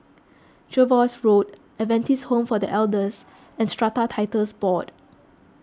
Jervois Road Adventist Home for the Elders and Strata Titles Board